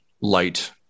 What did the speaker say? light